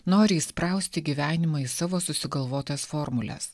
nori įsprausti gyvenimą į savo susigalvotas formules